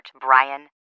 Brian